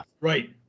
right